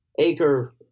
acre